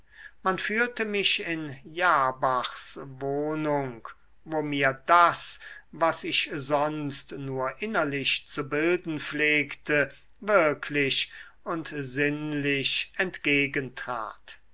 man führte mich in jabachs wohnung wo mir das was ich sonst nur innerlich zu bilden pflegte wirklich und sinnlich